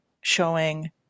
showing